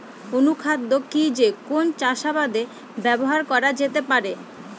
অনুখাদ্য কি যে কোন চাষাবাদে ব্যবহার করা যেতে পারে?